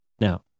Now